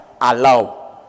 allow